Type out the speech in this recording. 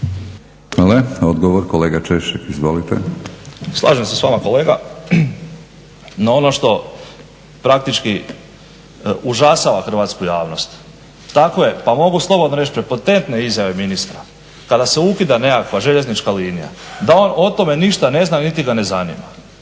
Slažem se s vama kolega, no ono što praktički užasava hrvatsku javnost tako je pa mogu slobodno reći prepotentne izjave ministra kada se ukida nekakva željeznička linija da on o tome ništa ne zna niti ga ne zanima.